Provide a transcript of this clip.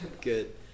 Good